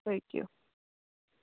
پٔکِو